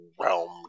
realm